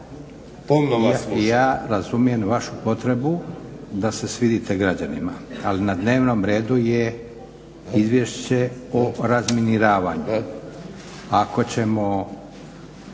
Ja razumijem vašu potrebu da se svidite građanima, ali na dnevnom redu je Izvješće o razminiravanju.